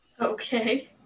Okay